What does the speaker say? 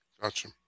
Gotcha